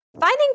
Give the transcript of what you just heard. Finding